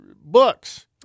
books